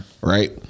right